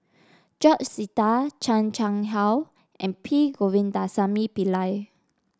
George Sita Chan Chang How and P Govindasamy Pillai